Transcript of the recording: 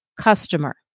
customer